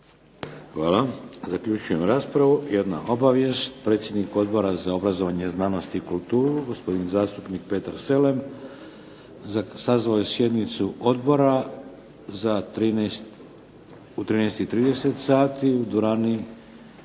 Hvala. Zaključujem raspravu. Jedna obavijest. Predsjednik Odbora za obrazovanje, znanost i kulturu, gospodin zastupnik Petar Selem, sazvao je sjednicu odbora u 13,30 sati u dvorani